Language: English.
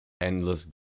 endless